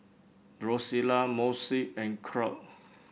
Rosella Moshe and Claud